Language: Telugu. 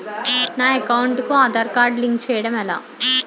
నా అకౌంట్ కు ఆధార్ కార్డ్ లింక్ చేయడం ఎలా?